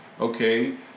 Okay